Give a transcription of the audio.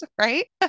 right